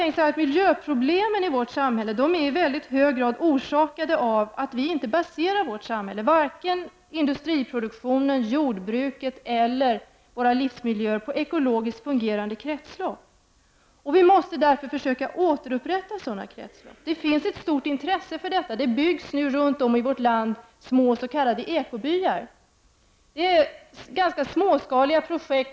Vi har tänkt att miljöproblemen i samhället i mycket hög grad är orsakade av att samhället inte, vare sig industriproduktionen, jordbruket eller livsmiljön, baseras på ekologiskt fungerande kretslopp. Vi måste därför försöka återupprätta sådana kretslopp. Det finns ett stort intresse för detta. Det byggs nu runt om i vårt land små s.k. ekobyar. Det är ganska småskaliga projekt.